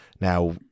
Now